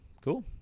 Cool